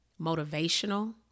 motivational